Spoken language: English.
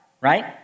right